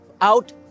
out